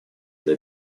для